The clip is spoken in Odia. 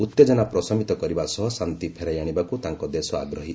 ଉତ୍ତେଜନା ପ୍ରଶମିତ କରିବା ସହ ଶାନ୍ତି ଫେରାଇ ଆଶିବାକୁ ତାଙ୍କ ଦେଶ ଆଗ୍ରହୀ